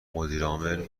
مدیرعامل